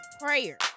prayer